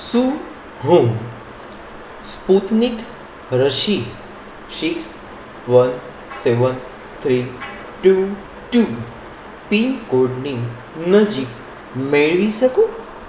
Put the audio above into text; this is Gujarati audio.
શું હું સ્પુતનિક રસી six one seven three two two પિનકોડની નજીક મેળવી શકું